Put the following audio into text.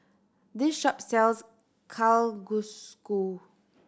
this shop sells Kalguksu